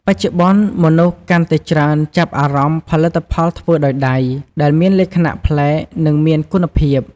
បច្ចុប្បន្ន មនុស្សកាន់តែច្រើនចាប់អារម្មណ៍ផលិតផលធ្វើដោយដៃ ដែលមានលក្ខណៈប្លែក និងមានគុណភាព។